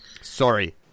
Sorry